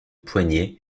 poignet